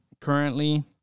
currently